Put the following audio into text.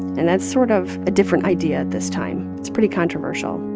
and that's sort of a different idea at this time. it's pretty controversial.